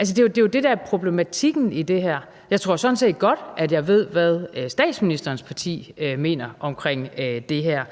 Det er jo det, der er problematikken i det her. Jeg tror sådan set godt, jeg ved, hvad statsministerens parti mener om det her,